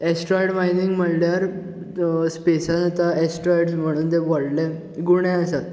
asteroid mining म्हणल्यार स्पेसान आतां ऍस्ट्राॅयड्स म्हणून ते व्हडलें गुणे आसा